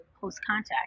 post-contact